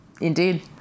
Indeed